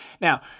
Now